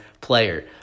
player